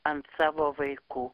ant savo vaikų